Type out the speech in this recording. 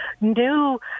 new